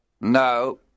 No